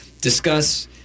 discuss